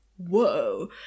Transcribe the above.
Whoa